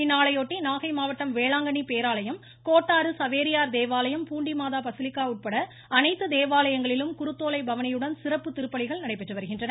இந்நாளையொட்டி நாகை மாவட்டம் வேளாங்கண்ணி பேராலயம் கோட்டாறு சவேரியார் தேவாலயம் பூண்டிமாதா பசிலிக்கா உட்பட அனைத்து தேவாலயங்களிலும் குருத்தோலை பவனியுடன் சிறப்பு திருப்பலிகள் நடைபெற்று வருகின்றன